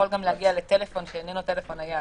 גם להגיע לטלפון שאיננו טלפון נייד.